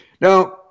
Now